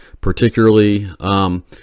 particularly